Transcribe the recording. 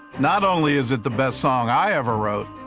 not only is it the best song i ever wrote,